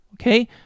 okay